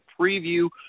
preview